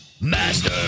master